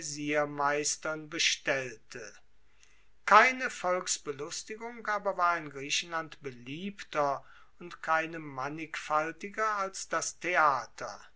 plaesiermeistern bestellte keine volksbelustigung aber war in griechenland beliebter und keine mannigfaltiger als das theater